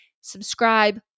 Subscribe